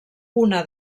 una